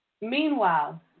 Meanwhile